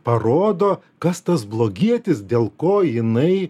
parodo kas tas blogietis dėl ko jinai